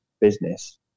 business